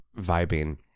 vibing